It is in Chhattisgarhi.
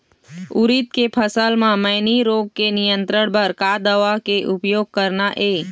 उरीद के फसल म मैनी रोग के नियंत्रण बर का दवा के उपयोग करना ये?